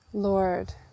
Lord